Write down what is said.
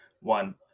One